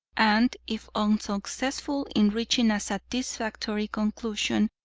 and if unsuccessful in reaching a satisfactory conclusion,